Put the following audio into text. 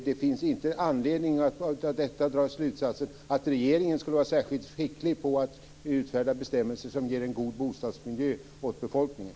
Det finns inte anledning att av detta dra slutsatsen att regeringen skulle vara särskilt skicklig på att utfärda bestämmelser som ger en god bostadsmiljö åt befolkningen.